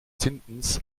zündens